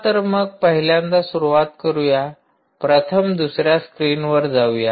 चला तर मग पहिल्यांदा सुरूवात करूया प्रथम दुसर्या स्क्रीनवर जाऊ